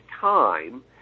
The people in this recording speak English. time